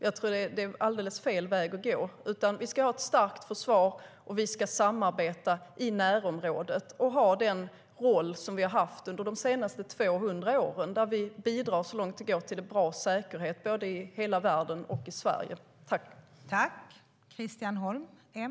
Jag tror att det är alldeles fel väg att gå.